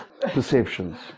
Perceptions